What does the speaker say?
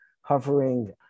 hovering